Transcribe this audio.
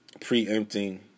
preempting